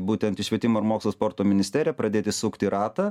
būtent į švietimo ir mokslo sporto ministeriją pradėti sukti ratą